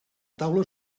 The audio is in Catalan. taula